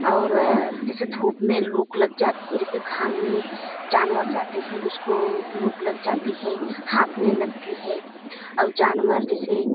और जैसे धुप में लोग लग जाती जैसे घाम में जानवर जाते हैं तो उसको लु लग जाती है हांकने लगती है और जानवर जैसे